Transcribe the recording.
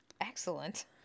Excellent